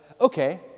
okay